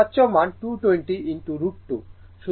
সর্বোচ্চ মান 220 √2